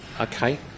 Okay